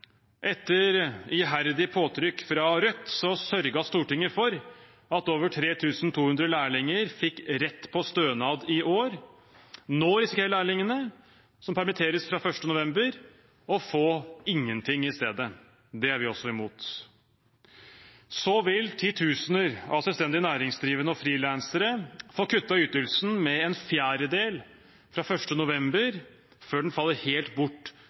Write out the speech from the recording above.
Etter iherdig påtrykk fra Rødt sørget Stortinget for at over 3 200 lærlinger fikk rett på stønad i år. Nå risikerer lærlingene som permitteres fra 1. november, å få ingenting i stedet. Det er vi også imot. Titusener av selvstendig næringsdrivende og frilansere vil få kuttet ytelsen med en fjerdedel fra 1. november, før den faller helt bort